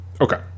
okay